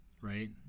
right